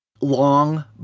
long